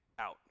out